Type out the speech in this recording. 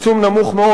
זה עיצום נמוך מאוד.